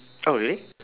oh really